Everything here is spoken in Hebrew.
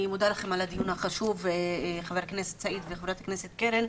אני מודה לכם על הדיון החשוב, ח"כ סעיד וח"כ קרן.